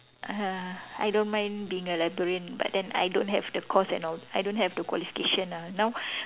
uh I don't mind being a librarian but then I don't have the course and all I don't have the qualification ah now